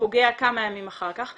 הפוגע כמה ימים אחר כך,